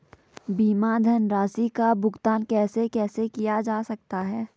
बीमा धनराशि का भुगतान कैसे कैसे किया जा सकता है?